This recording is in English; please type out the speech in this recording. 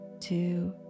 two